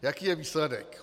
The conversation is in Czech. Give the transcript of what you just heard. Jaký je výsledek?